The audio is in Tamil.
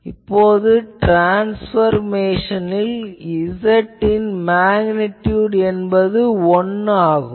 இப்போது இந்த ட்ரான்ஸ்பர்மேஷனில் Z ன் மேக்னிடியுட் என்பது 1 ஆகும்